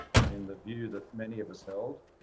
i mean, the view that many of us held,